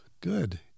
Good